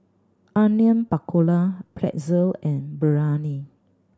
Onion Pakora Pretzel and Biryani